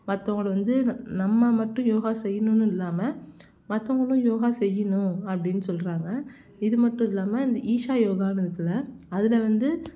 மற்றவங்கள வந்து நம்ம மட்டும் யோகா செய்யணுன்னு இல்லாமல் மற்றவங்களும் யோகா செய்யணும் அப்படின்னு சொல்கிறாங்க இது மட்டும் இல்லாமல் இந்த ஈஷா யோகானு இருக்குதுல அதில் வந்து